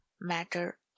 matter